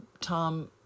tom